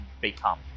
become